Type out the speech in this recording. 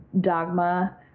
Dogma